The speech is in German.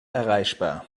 erreichbar